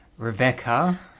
Rebecca